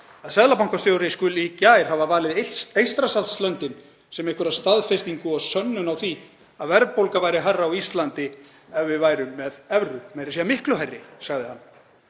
að seðlabankastjóri skuli í gær hafa valið Eystrasaltslöndin sem einhverja staðfestingu eða sönnun á því að verðbólga væri hærri á Íslandi ef við værum með evru — meira að segja miklu hærri, sagði hann.